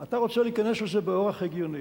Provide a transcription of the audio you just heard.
אתה רוצה להיכנס לזה באורח הגיוני,